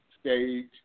stage